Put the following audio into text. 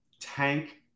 Tank